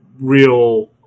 real